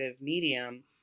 medium